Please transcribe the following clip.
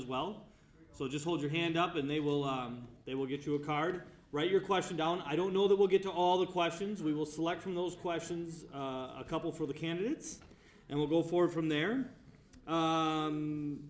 as well so just hold your hand up and they will they will get you a card write your question down i don't know that we'll get to all the questions we will select from those questions a couple for the candidates and we'll go forward from there